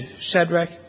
Shadrach